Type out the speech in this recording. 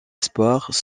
espoirs